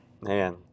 Man